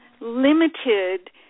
limited